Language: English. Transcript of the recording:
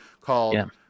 called